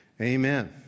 Amen